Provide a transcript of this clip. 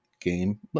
Game